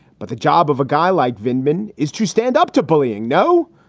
but the job of a guy like venkman is to stand up to bullying. no,